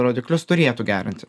rodiklius turėtų gerinti